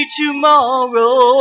tomorrow